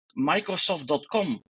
Microsoft.com